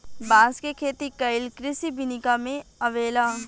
बांस के खेती कइल कृषि विनिका में अवेला